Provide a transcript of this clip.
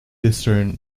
discern